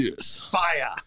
Fire